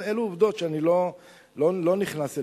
אלה עובדות שאני לא נכנס אליהן.